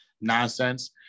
nonsense